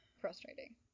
frustrating